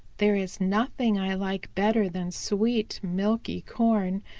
there is nothing i like better than sweet, milky corn,